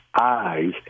eyes